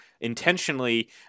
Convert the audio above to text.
intentionally